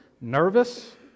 nervous